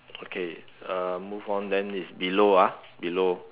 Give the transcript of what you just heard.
okay uh move on then is below ah below